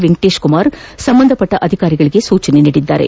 ವೆಂಕಟೇಶ್ಕುಮಾರ್ ಸಂಬಂಧಪಟ್ಟ ಅಧಿಕಾರಿಗಳಿಗೆ ಸೂಚಿಸಿದರು